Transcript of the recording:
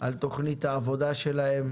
על תוכנית העבודה שלהם